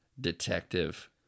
detective